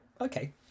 okay